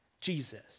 Jesus